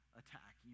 attack